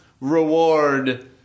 reward